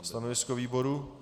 Stanovisko výboru?